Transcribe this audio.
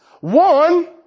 One